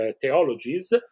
theologies